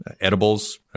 edibles